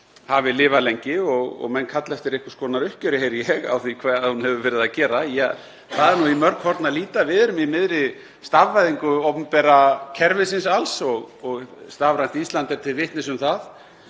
hafi lifað lengi og menn kalli eftir einhvers konar uppgjöri, heyri ég, á því hvað hún hefur verið að gera. Það er nú í mörg horn að líta. Við erum í miðri stafvæðingu opinbera kerfisins alls og Stafrænt Ísland er til vitnis um það.